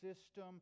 system